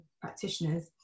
practitioners